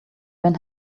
men